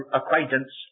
acquaintance